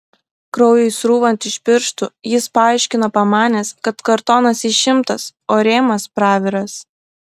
kraujui srūvant iš pirštų jis paaiškino pamanęs kad kartonas išimtas o rėmas praviras